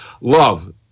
love